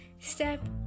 step